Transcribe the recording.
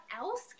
else